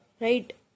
Right